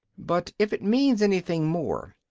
but if it means anything more,